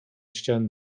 ściany